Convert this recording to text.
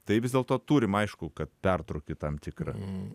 tai vis dėlto turim aišku kad pertrūkį tam tikrą